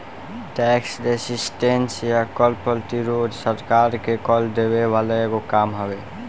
tax resistance या कर प्रतिरोध सरकार के कर देवे वाला एगो काम हवे